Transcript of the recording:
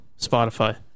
spotify